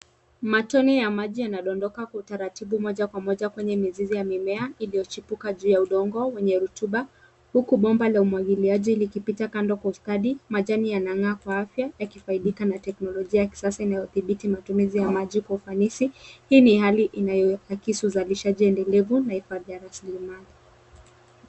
Matone ya maji yanadondoka kwa utaratibu moja kwa moja kwenye mizizi ya mimea iliyochipuka juu ya udongo wenye rutuba huku bomba la umwagiliaji likipita kando kwa ustadi. Majani yanang'aa kwa afya yakifaidika na teknolojia ya kisasa inayodhibiti matumizi ya maji kwa ufanisi. Hii ni hali inayoakisi vishavu za maji endelevu ya rasilimali.